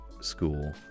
school